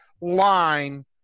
line